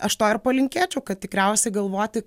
aš to ir palinkėčiau kad tikriausiai galvoti